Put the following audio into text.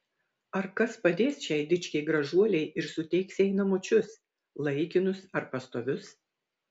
ar kas padės šiai dičkei gražuolei ir suteiks jai namučius laikinus ar pastovius